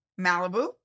Malibu